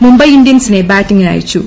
മുംബൈ ഇന്ത്യൻസിനെ ബാറ്റിംഗിന് അയച്ചു